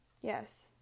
yes